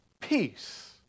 peace